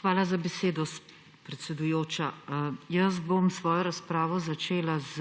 Hvala za besedo, predsedujoča. Svojo razpravo bom začela s